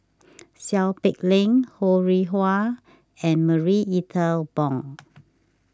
Seow Peck Leng Ho Rih Hwa and Marie Ethel Bong